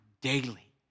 daily